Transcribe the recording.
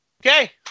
Okay